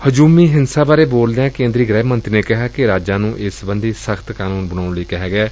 ਹਜੂਮੀ ਹਿੰਸਾ ਬਾਰੇ ਬੋਲਦਿਆਂ ਕੇਂਦਰੀ ਗ੍ਹਿ ਮੰਤਰੀ ਨੇ ਕਿਹਾ ਕਿ ਰਾਜਾਂ ਨੂੰ ਇਸ ਸਬੰਧੀ ਸਖ਼ਤ ਕਾਨੂੰਨ ਬਣਾਉਣ ਲਈ ਕਿਹਾ ਗਿਐ